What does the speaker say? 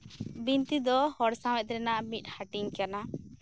ᱵᱤᱱᱛᱤ ᱫᱚ ᱦᱚᱲ ᱥᱟᱶᱦᱮᱫ ᱨᱮᱱᱟᱜ ᱢᱤᱫ ᱦᱟᱹᱴᱤᱧ ᱠᱟᱱᱟ